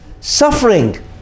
suffering